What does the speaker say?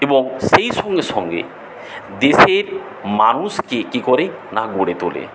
এবং সেই সঙ্গে সঙ্গে দেশের মানুষকে কী করে না গড়ে তোলে